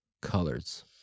colors